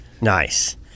Nice